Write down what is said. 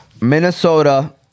Minnesota